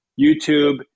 YouTube